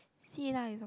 see lah is your